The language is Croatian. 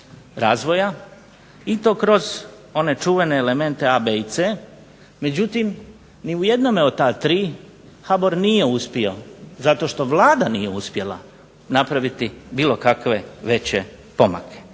razvoja, i to kroz one čuvene elemente A, B i C, međutim ni u jednome od ta tri HBOR nije uspio zato što Vlada nije uspjela napraviti bilo kakve veće pomake.